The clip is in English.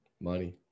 money